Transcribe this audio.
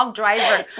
driver